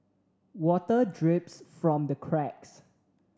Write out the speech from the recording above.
water drips from the cracks